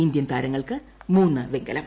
Indian താരങ്ങൾക്ക് മൂന്ന് വെങ്കലം